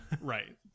right